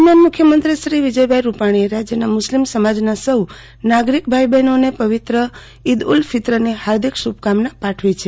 દરમ્યાન મુખ્યમંત્રી શ્રી વિજયભાઇ રૂપાણીએ રાજયના મુસ્લિમ સમાજના સૌ નાગરિક ભાઇ બહેનોને પવિત્ર ઇદ ઉલ ફિત્રની હાર્દિક શુભકામના પાઠવી છે